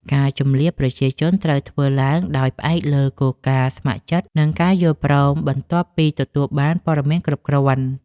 ការជម្លៀសប្រជាជនត្រូវធ្វើឡើងដោយផ្អែកលើគោលការណ៍ស្ម័គ្រចិត្ត និងការយល់ព្រមបន្ទាប់ពីទទួលបានព័ត៌មានគ្រប់គ្រាន់។